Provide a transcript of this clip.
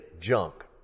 junk